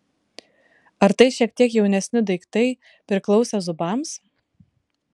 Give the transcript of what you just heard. ar tai šiek tiek jaunesni daiktai priklausę zubams